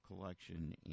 collection